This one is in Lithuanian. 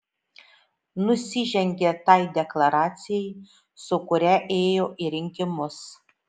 nusižengia tai deklaracijai su kuria ėjo į rinkimus